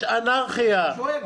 יש אנרכיה.